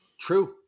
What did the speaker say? true